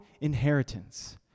inheritance